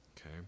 okay